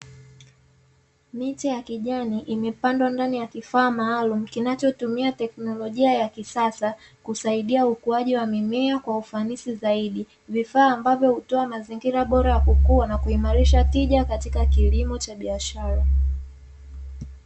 Miche ya kijani imepandwa ndani ya kifaa maalumu kinachotumia teknolojia ya kisasa, kusaidia ukuaji wa mimea kwa ufanisi zaidi vifaa ambayo hutoa mazingira bora ya kukua na kuimarisha tija katika kilimo cha biashara.